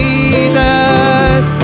Jesus